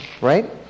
right